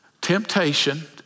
Temptation